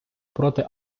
проти